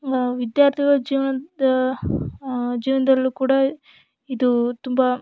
ವಿದ್ಯಾರ್ಥಿಗಳ ಜೀವನದ ಜೀವನದಲ್ಲೂ ಕೂಡ ಇದು ತುಂಬ